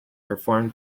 performed